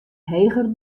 heger